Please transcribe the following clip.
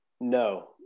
No